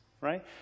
right